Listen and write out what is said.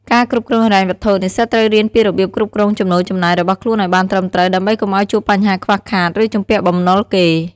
ការគ្រប់គ្រងហិរញ្ញវត្ថុ និស្សិតត្រូវរៀនពីរបៀបគ្រប់គ្រងចំណូលចំណាយរបស់ខ្លួនឲ្យបានត្រឹមត្រូវ ដើម្បីកុំឲ្យជួបបញ្ហាខ្វះខាត ឬជំពាក់បំណុលគេ។